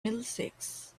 middlesex